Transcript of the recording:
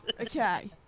Okay